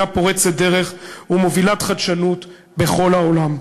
פורצת דרך ומובילת חדשנות בכל העולם.